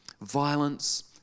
violence